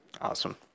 Awesome